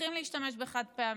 שצריכים להשתמש בחד-פעמי,